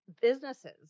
businesses